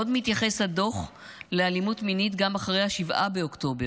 עוד מתייחס הדוח לאלימות מינית גם אחרי 7 באוקטובר,